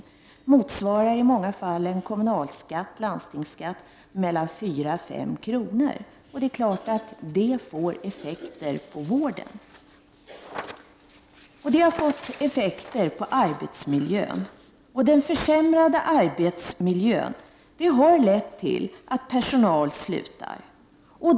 Det motsvarar i många fall en kommunalskatt och landstingsskatt på 4—5 kr. Det är klart att det får effekter på vården. Det har fått effekter på arbetsmiljön. Och den försämrade arbetsmiljön har lett till att personal slutar.